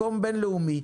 מקום בין לאומי,